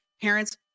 Parents